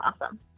awesome